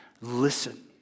Listen